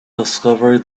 discovery